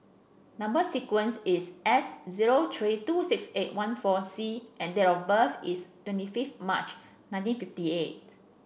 number sequence is S zero three two six eight one four C and date of birth is twenty fifth March nineteen fifty eight